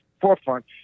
forefront